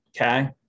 Okay